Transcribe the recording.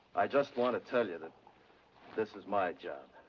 i just want to tell you that this is my job.